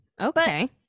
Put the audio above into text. okay